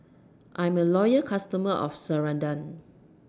I'm A Loyal customer of Ceradan